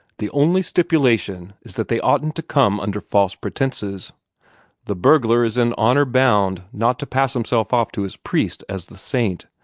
the only stipulation is that they oughtn't to come under false pretences the burglar is in honor bound not to pass himself off to his priest as the saint.